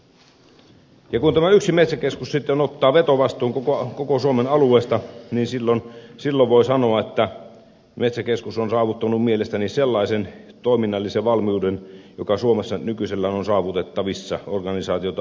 kun tämä yksi metsäkeskus sitten ottaa vetovastuun koko suomen alueesta niin silloin voi sanoa että metsäkeskus on saavuttanut mielestäni sellaisen toiminnallisen valmiuden joka suomessa nykyisellään on saavutettavissa organisaatioita uudistamalla